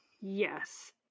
Yes